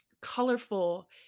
colorful